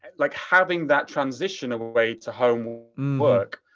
like, having that transition away to home work.